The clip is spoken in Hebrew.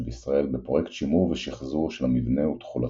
בישראל בפרויקט שימור ושחזור של המבנה ותכולתו.